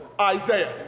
Isaiah